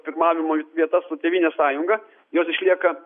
pirmavimui vietas su tėvynės sąjunga jos išlieka